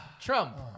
Trump